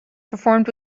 performed